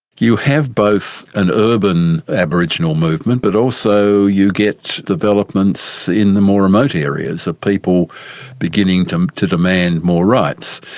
you have both an urban aboriginal movement but also you get developments in the more remote areas of people beginning to um to demand more rights.